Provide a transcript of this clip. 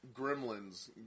Gremlins